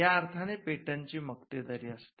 या अर्थाने पेटंटची मक्तेदारी असते